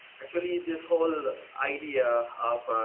actually, this whole idea of